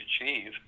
achieve